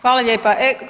Hvala lijepa.